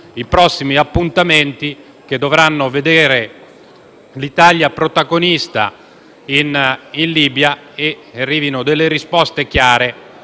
sui prossimi appuntamenti che dovranno vedere l’Italia protagonista in Libia, affinché arrivino risposte chiare